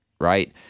right